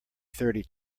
thirty